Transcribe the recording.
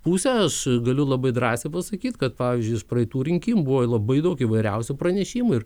pusę aš galiu labai drąsiai pasakyt kad pavyzdžiui iš praeitų rinkimų buvo labai daug įvairiausių pranešimų ir